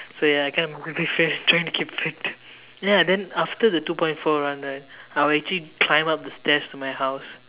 so ya I kind of miserably was trying to keep fit so ya then after the two point four run right I would actually climb up the stairs to my house